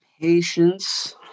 patience